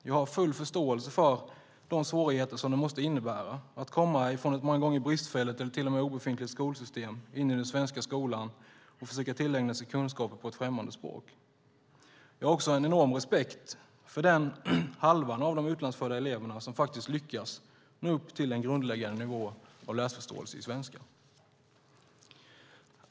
Jag har full förståelse för de svårigheter som det måste innebära att komma ifrån ett många gånger bristfälligt eller till och med obefintligt skolsystem in i den svenska skolan och försöka tillägna sig kunskaper på ett främmande språk. Jag har också en enorm respekt för den halvan av de utlandsfödda eleverna som faktiskt lyckas nå upp till en grundläggande nivå av läsförståelse på svenska.